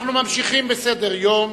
אנחנו ממשיכים בסדר-היום.